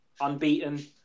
unbeaten